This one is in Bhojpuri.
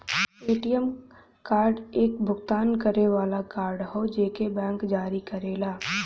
ए.टी.एम कार्ड एक भुगतान करे वाला कार्ड हौ जेके बैंक जारी करेला